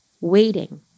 waiting